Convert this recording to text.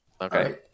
Okay